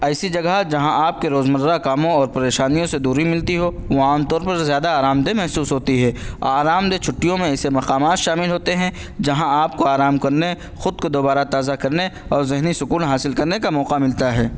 ایسی جگہ جہاں آپ کے روزمرہ کاموں اور پریشانیوں سے دوری ملتی ہو وہاں عام طور پر زیادہ آرام دہ محسوس ہوتی ہے آرام دہ چھٹیوں میں ایسے مقامات شامل ہوتے ہیں جہاں آپ کو آرام کرنے خود کو دوبارہ تازہ کرنے اور ذہنی سکون حاصل کرنے کا موقع ملتا ہے